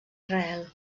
israel